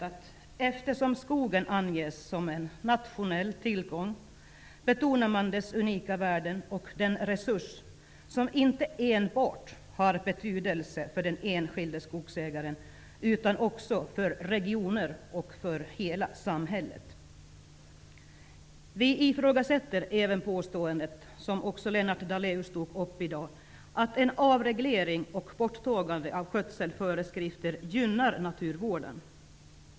Därför hävdar vi socialdemokrater i stället att man skall betona dess unika värden och den resurs som inte enbart har betydelse för den enskilde skogsägaren utan också för regioner och för hela samhället. Vi ifrågasätter även påståendet, som också Lennart Daléus tog upp i dag, att en avreglering och borttagande av skötselföreskrifter gynnar naturvården.